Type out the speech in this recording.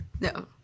No